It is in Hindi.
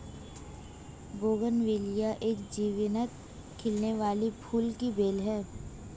बोगनविलिया एक जीवंत खिलने वाली फूल की बेल है